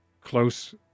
close